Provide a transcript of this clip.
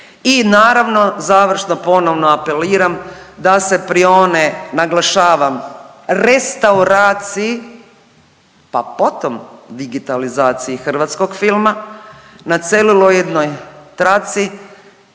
I naravno završno ponovno apeliram da se prione naglašavam restauraciji, pa potom digitalizaciji hrvatskog filma na celuloidnoj traci